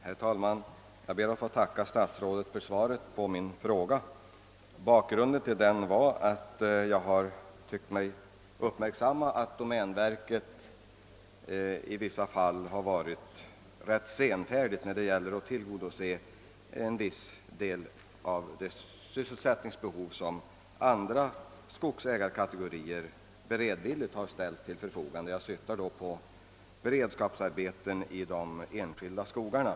Herr talman! Jag ber att få tacka statsrådet för svaret på min fråga. Bakgrunden till den är att jag har uppmärksamamt att domänverket har varit senfärdigt när det gällt att tillgodose en viss del av sysselsättningsbehovet, medan andra skogsägarkategorier beredvilligt har ställt sig till förfogande; jag syftar då på beredskapsarbeten i de enskilda skogarna.